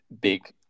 big